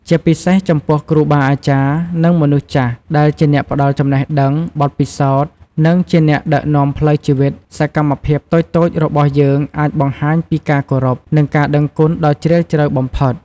ជាពិសេសចំពោះ គ្រូបាអាចារ្យ និង មនុស្សចាស់ ដែលជាអ្នកផ្ដល់ចំណេះដឹង បទពិសោធន៍ និងជាអ្នកដឹកនាំផ្លូវជីវិត សកម្មភាពតូចៗរបស់យើងអាចបង្ហាញពីការគោរព និងការដឹងគុណដ៏ជ្រាលជ្រៅបំផុត។